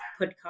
podcast